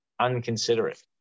Unconsiderate